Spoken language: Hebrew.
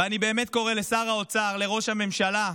ואני באמת קורא לשר האוצר, לראש הממשלה,